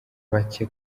bake